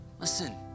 Listen